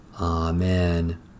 Amen